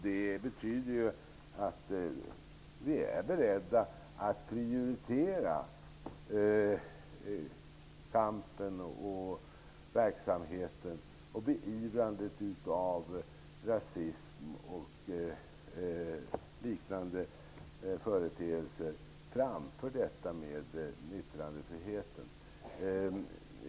Det betyder att vi är beredda att prioritera kampen mot och beivrandet av rasism och liknande företeelser framför yttrandefriheten.